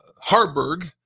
Harburg